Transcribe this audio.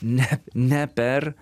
ne ne per